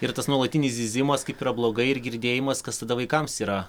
ir tas nuolatinis zyzimas kaip yra blogai ir girdėjimas kas tada vaikams yra